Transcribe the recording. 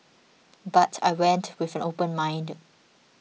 but I went with an open mind